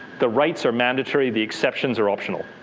the rights are mandatory. the exceptions are optional.